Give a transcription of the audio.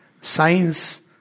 science